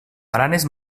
baranes